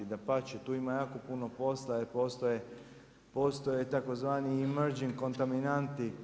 Dapače, tu ima jako puno posla jer postoje tzv. emergency kontaminanti.